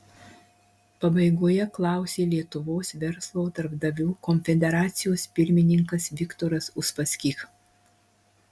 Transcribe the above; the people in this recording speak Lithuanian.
pabaigoje klausė lietuvos verslo darbdavių konfederacijos pirmininkas viktoras uspaskich